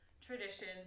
traditions